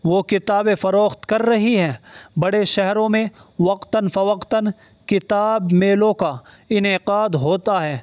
وہ کتابیں فروخت کر رہی ہیں بڑے شہروں میں وقتاً فوقتاً کتاب میلوں کا انعقاد ہوتا ہے